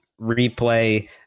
replay